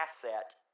asset